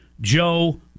Joe